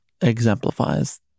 exemplifies